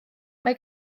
mae